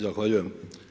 Zahvaljujem.